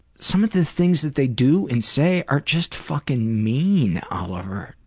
some of the things that they do and say are just fuckin' mean, oliver.